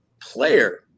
player